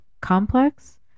Complex